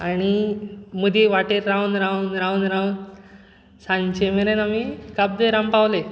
आनी मदीं वाटेर रावन रावन रावन रावन सांजचे मेरेन आमी काब दे राम पावलें